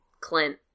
Clint